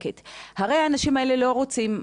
הרי האנשים האלה לא רוצים,